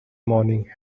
morning